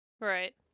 Right